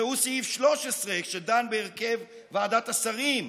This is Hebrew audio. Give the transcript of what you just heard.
ראו סעיף 13 שדן בהרכב ועדת השרים,